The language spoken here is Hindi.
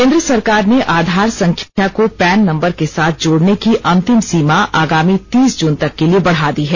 केंद्र सरकार ने आधार संख्या को पैन नम्बर के साथ जोड़ने की अंतिम सीमा आगामी तीस जून तक के लिए बढ़ा दी है